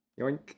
yoink